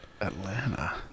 Atlanta